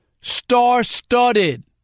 star-studded